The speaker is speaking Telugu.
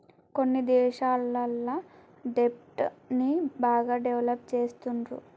కొన్ని దేశాలల్ల దెబ్ట్ ని బాగా డెవలప్ చేస్తుండ్రు